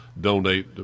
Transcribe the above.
donate